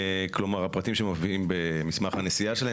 את הפרטים שמופיעים במסמך הנסיעה שלהם